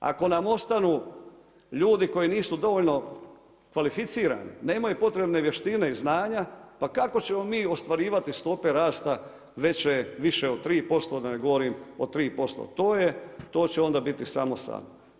Ako nam ostanu ljudi koji nisu dovoljno kvalificirani, nemaju potrebne vještine i znanja pa kako ćemo mi ostvarivati stope raste više od 3% da ne govorim od 3%, to će onda biti samo san.